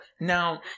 Now